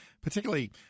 particularly